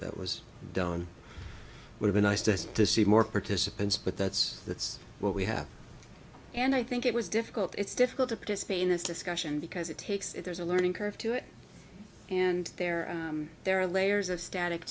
that was done would be nice just to see more participants but that's that's what we have and i think it was difficult it's difficult to participate in this discussion because it takes it there's a learning curve to it and there are there are layers of static